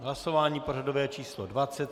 Hlasování pořadové číslo 20.